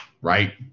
Right